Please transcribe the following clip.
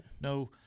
No